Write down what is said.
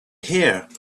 here